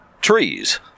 trees